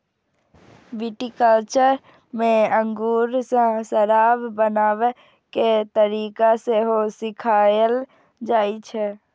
viticulture मे अंगूर सं शराब बनाबै के तरीका सेहो सिखाएल जाइ छै